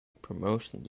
promotions